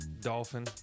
Dolphin